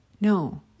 No